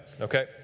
okay